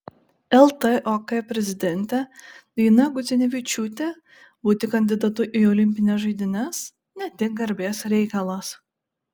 ltok prezidentė daina gudzinevičiūtė būti kandidatu į olimpines žaidynes ne tik garbės reikalas